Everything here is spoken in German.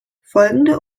folgende